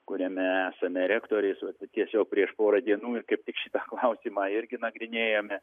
kuriame esame rektoriais vat tiesiog prieš porą dienų ir kaip tik šitą klausimą irgi nagrinėjome